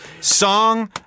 song